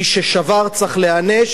מי ששבר צריך להיענש,